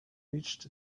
reached